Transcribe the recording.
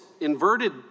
inverted